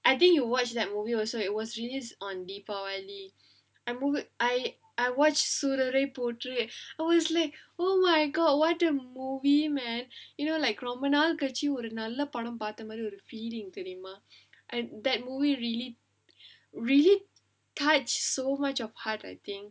I think you watch that movie also it was really on deepavali ah movie I I watch Soorarai Pottru pottru always leh oh my god what a movie man you know like ரொம்ப நாள் கழிச்சு ஒரு நல்ல படம் பாத்த மாதிரி ஒரு:romba naal kalichu oru nalla padam paatha maathiri oru feeling that movie really really touch so much of part I think